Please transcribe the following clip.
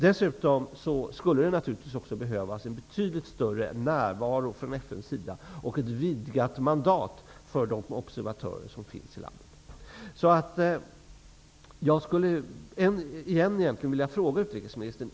Dessutom skulle det naturligtvis också behövas en betydligt större närvaro från FN:s sida och ett vidgat mandat för de observatörer som finns i landet.